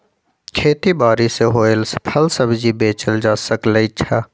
खेती बारी से होएल फल सब्जी बेचल जा सकलई ह